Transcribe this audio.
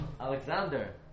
Alexander